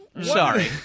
Sorry